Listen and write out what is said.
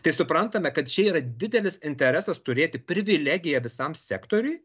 tai suprantame kad čia yra didelis interesas turėti privilegiją visam sektoriui